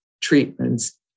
treatments